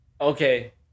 Okay